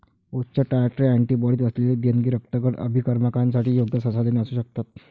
उच्च titre antibodies असलेली देणगी रक्तगट अभिकर्मकांसाठी योग्य संसाधने असू शकतात